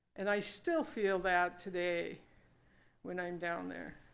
and i still feel that today when i'm down there.